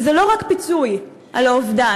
וזה לא רק פיצוי על האובדן,